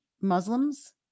Muslims